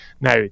now